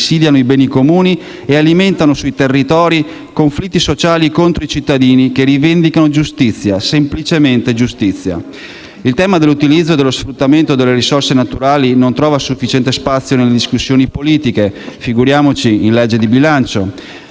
Il tema dell'utilizzo e dello sfruttamento delle risorse naturali non trova sufficiente spazio nelle discussioni politiche, figuriamoci nella legge di bilancio.